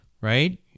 right